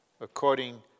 according